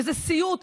וזה סיוט.